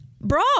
bro